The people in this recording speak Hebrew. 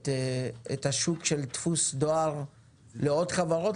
השוק של דפוס דואר לעוד חברות?